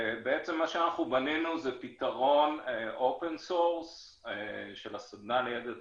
ומה שאנחנו בנינו זה פתרון open source של הסדנה לידע ציבורי,